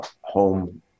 home